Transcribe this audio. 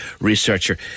researcher